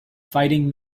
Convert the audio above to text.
fighting